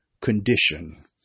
condition